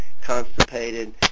constipated